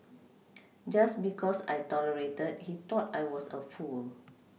just because I tolerated he thought I was a fool